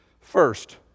First